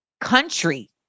country